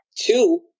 Two